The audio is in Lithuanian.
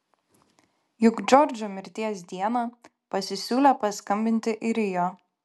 juk džordžo mirties dieną pasisiūlė paskambinti į rio